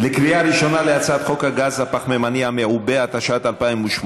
הצעת חוק הגז הפחמימני המעובה, התשע"ט 2018,